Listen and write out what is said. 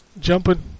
jumping